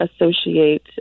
associate